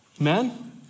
Amen